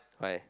why